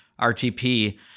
RTP